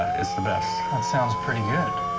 ah is the best that sounds pretty good.